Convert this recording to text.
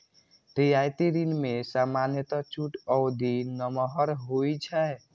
रियायती ऋण मे सामान्यतः छूट अवधि नमहर होइ छै